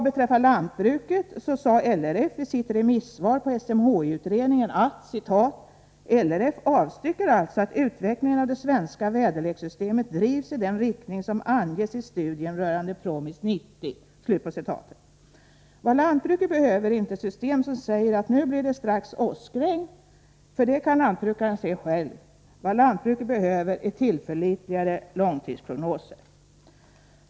Beträffande lantbruket sade LRF i sitt remissvar på SMHI-utredningen: ”LRF avstyrker alltså att utvecklingen av det svenska väderlekssystemet drivs i den riktning som anges i studien rörande PROMIS 90.” Vad lantbruket behöver är inte ett system som säger att nu blir det strax åskregn, för det kan lantbrukaren se själv. Vad lantbruket behöver är tillförlitligare långtidsprognoser.